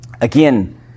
Again